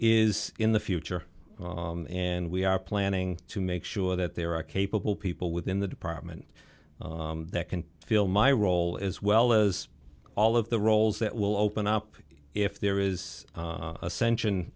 is in the future and we are planning to make sure that there are capable people within the department that can fill my role as well as all of the roles that will open up if there is ascension